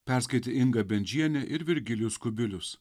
perskaitė inga bendžienė ir virgilijus kubilius